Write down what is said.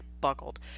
buckled